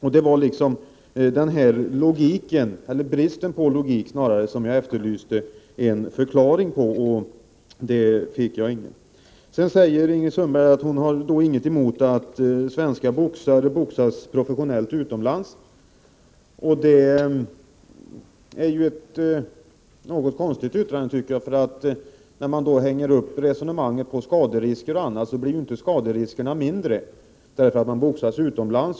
Det var denna brist på logik som jag efterlyste en förklaring till, och det fick jag ingen. Ingrid Sundberg säger att hon inte har någonting emot att svenska boxare boxas professionellt utomlands. Det är ett något konstigt yttrande, tycker jag. Man hänger upp resonemanget på skaderisker, men skaderiskerna blir ju inte mindre därför att vederbörande boxas utomlands.